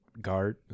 Guard